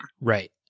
Right